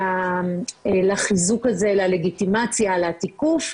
לחיזוק הזה, ללגיטימציה, לתיקוף.